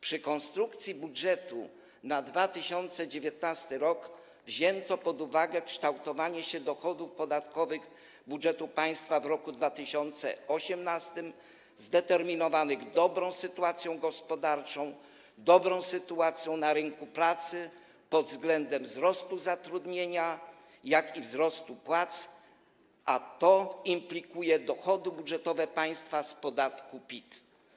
Przy konstrukcji budżetu na 2019 r. wzięto pod uwagę kształtowanie się dochodów podatkowych budżetu państwa w roku 2018, zdeterminowanych dobrą sytuacją gospodarczą, dobrą sytuacją na rynku pracy pod względem wzrostu zatrudnienia i wzrostu plac, a to implikuje dochody budżetowe państwa z podatku PIT.